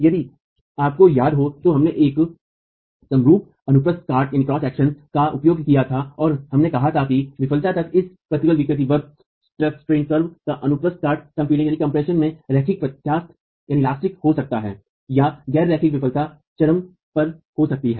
यदि आपको याद है तो हमने एक समरूप अनुप्रस्थ काट का उपयोग किया था और हमने कहा था कि विफलता तक इस प्रतिबल विकृति वक्र का अनुप्रस्थ काट संपीडन में रैखिक प्रत्यास्थ हो सकता है या गैर रेखिक विफलता चरम पर हो सकता है